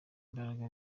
imbaraga